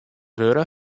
wurde